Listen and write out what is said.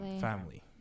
family